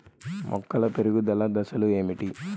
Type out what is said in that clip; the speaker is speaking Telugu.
మొక్కల పెరుగుదల దశలు ఏమిటి?